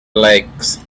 lakes